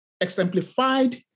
exemplified